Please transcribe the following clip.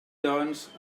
doncs